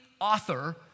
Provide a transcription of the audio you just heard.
author